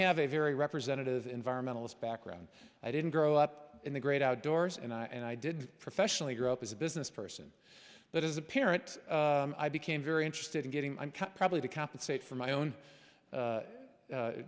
have a very representative environmentalist background i didn't grow up in the great outdoors and i did professionally grow up as a business person but as a parent i became very interested in getting probably to compensate for my own